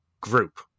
group